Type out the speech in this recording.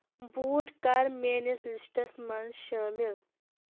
بوٗٹھ کر میٲنِس لسٹس منٛز شٲمل